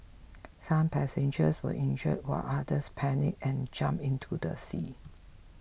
some passengers were injured while others panicked and jumped into the sea